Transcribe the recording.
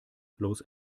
los